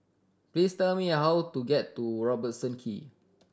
please tell me how to get to Robertson Quay